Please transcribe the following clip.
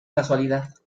casualidad